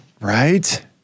Right